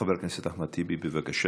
חבר הכנסת אחמד טיבי, בבקשה.